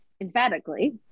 emphatically